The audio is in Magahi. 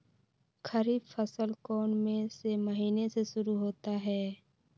खरीफ फसल कौन में से महीने से शुरू होता है?